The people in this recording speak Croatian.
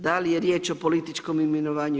Da li je riješ o političkom imenovanju?